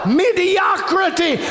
mediocrity